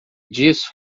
disso